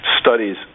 studies